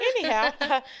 Anyhow